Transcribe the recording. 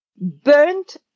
burnt